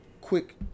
quick